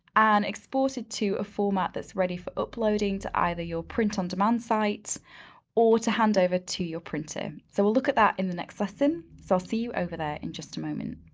and export it to a format that's ready for uploading to either your print on demand site or to hand over to your printer. so we'll look at that in the next lesson. so i'll see you over there in just a moment.